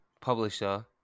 publisher